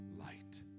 light